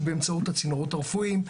הוא באמצעות הצינורות הרפואיים.